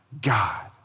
God